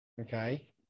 okay